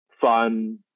fun